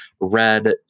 red